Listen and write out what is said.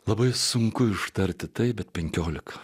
labai sunku ištarti taip bet penkiolika